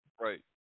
Right